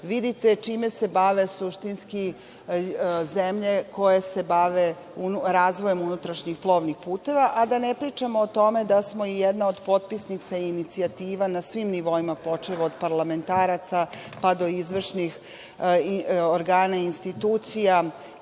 vidite čime se bave suštinski zemlje koje se bave razvojem unutrašnjih plovnih puteva, a da ne pričamo o tome da smo i jedna od potpisnica inicijativa na svim nivoima, počev od parlamentaraca, pa do izvršnih organa i institucija